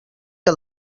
que